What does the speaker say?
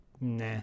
nah